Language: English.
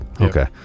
okay